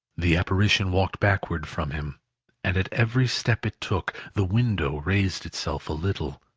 the apparition walked backward from him and at every step it took, the window raised itself a little,